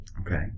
Okay